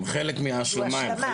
הם מהשלמה,